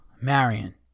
Marion